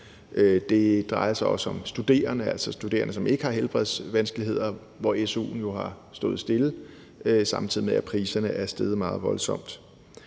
Det drejer sig også om studerende, altså studerende, som ikke har helbredsvanskeligheder, hvor su'en jo har stået stille, samtidig med at priserne er steget meget voldsomt.